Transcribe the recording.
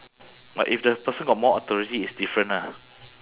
but if the person got more authority it's different ah